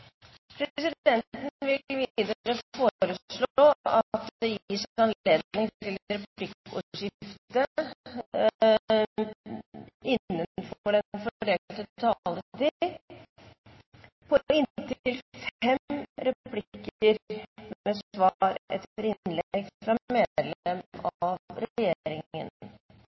videre foreslå at det gis anledning til replikkordskifte på inntil fem replikker med svar etter innlegg fra medlem av regjeringen